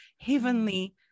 heavenly